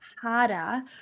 harder